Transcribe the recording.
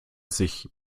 sich